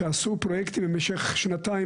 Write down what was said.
שעשו פרויקטים במשך שנתיים,